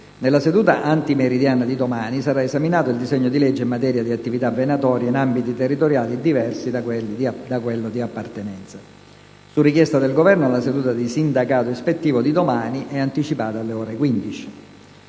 Nella seduta antimeridiana di domami sarà esaminato il disegno di legge in materia di attività venatoria in ambiti territoriali diversi da quello di appartenenza. Su richiesta del Governo, la seduta di sindacato ispettivo di domani è anticipata alle ore 15.